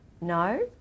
No